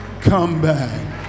comeback